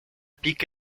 beak